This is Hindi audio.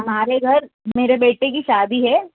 हमारे घर मेरे बेटे की शादी है